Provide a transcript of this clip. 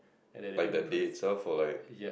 like the day itself or like